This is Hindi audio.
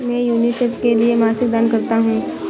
मैं यूनिसेफ के लिए मासिक दान करता हूं